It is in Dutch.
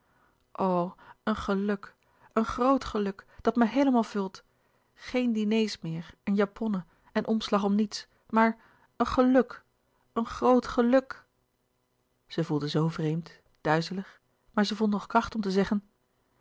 een geluk een groot geluk dat me heelemaal vult geen diners meer en japonnen en omslag om niets maar een geluk een groot geluk zij voelde zoo vreemd duizelig maar zij vond nog kracht om te zeggen